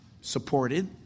supported